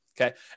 Okay